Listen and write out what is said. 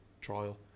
trial